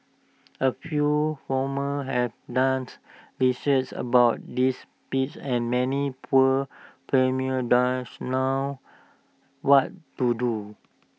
A few farmers have dance research about these pests and many poor dance know what to do